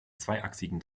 zweiachsigen